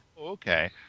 Okay